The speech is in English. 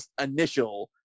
initial